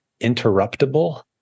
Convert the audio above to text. interruptible